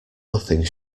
nothing